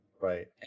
Right